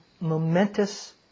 momentous